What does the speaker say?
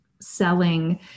selling